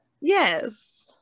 Yes